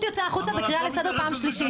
יוצא החוצה בקריאה לסדר פעם שלישית.